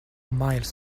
miles